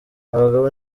abagabo